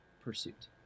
pursuit